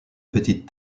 petite